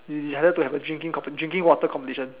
we decided to have a drinking drinking water competition